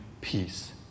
peace